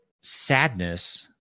sadness